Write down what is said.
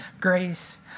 grace